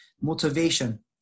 motivation